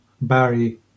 Barry